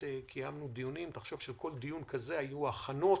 קיימנו דיונים ותחשבו שלכל דיון כזה היו הכנות,